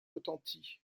retentit